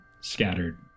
scattered